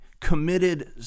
committed